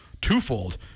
twofold